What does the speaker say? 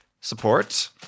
support